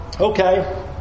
Okay